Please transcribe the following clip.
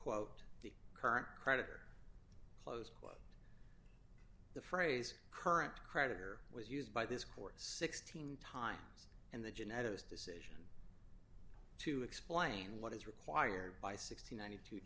quote the current creditor close quote the phrase current creditor was used by this court sixteen times and the geneticist decision to explain what is required by sixt